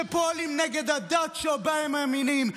שפועלים נגד הדת שבה הם מאמינים,